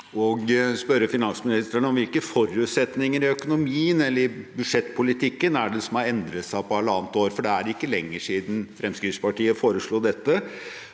og spørre finansministeren om hvilke forutsetninger i økonomien eller budsjettpolitikken det er som har endret seg på halvannet år. Det er ikke lenger siden enn det at Fremskrittspartiet foreslo dette,